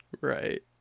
Right